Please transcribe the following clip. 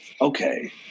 okay